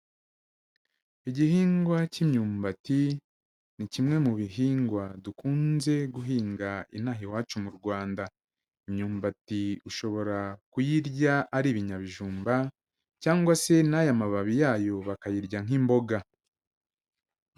Igihingwa cy'imyumbati, ni kimwe mu bihingwa dukunze guhinga inaha iwacu mu Rwanda, imyumbati ushobora kuyirya ari ibinyabijumba, cyangwa se n'aya mababi yayo bakayirya nk'imboga.